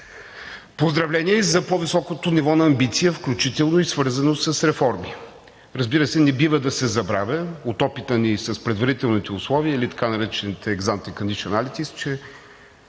Поздравления и за по-високото ниво на амбиция, включително и свързано с реформи. Разбира се, не бива да се забравя, от опита ни с предварителните условия или така наречените exante conditionalities, че